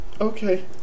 Okay